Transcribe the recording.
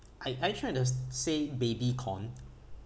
I are you trying to say baby corn